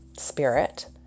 spirit